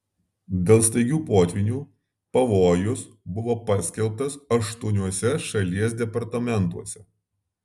dėl staigių potvynių pavojus buvo paskelbtas aštuoniuose šalies departamentuose